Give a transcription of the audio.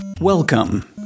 Welcome